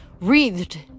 wreathed